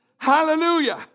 Hallelujah